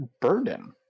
burden